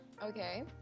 Okay